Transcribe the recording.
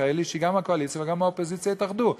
מיכאלי שגם הקואליציה וגם האופוזיציה התאחדו בהם.